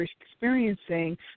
experiencing